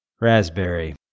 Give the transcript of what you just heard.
Raspberry